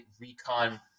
recon